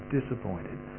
Disappointed